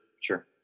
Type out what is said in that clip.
sure